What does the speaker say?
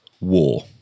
war